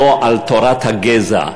לא על תורת הגזע.